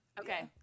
Okay